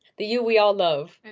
the you we all love.